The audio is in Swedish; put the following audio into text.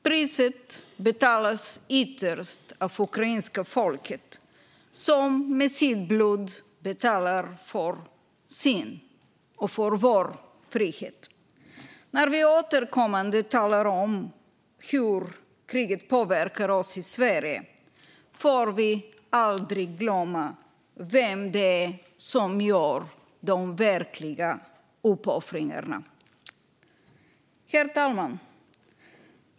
Priset betalas ytterst av det ukrainska folket, som med sitt blod betalar för sin och för vår frihet. När vi återkommande talar om hur kriget påverkar oss i Sverige får vi aldrig glömma vem det är som gör de verkliga uppoffringarna. Herr talman!